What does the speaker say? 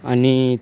आणि